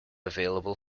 available